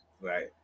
Right